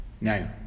Now